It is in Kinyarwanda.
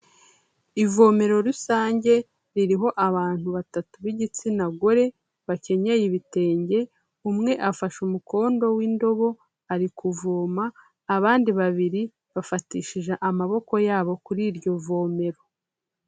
Ivomero rusange, ririho abantu batatu b'igitsina gore, bakenyeye ibitenge, umwe afashe umukondo w'indobo, ari kuvoma, abandi babiri bafatishije amaboko yabo kuri iryo vomero.